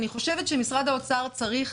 אני חושבת שמשרד האוצר צריך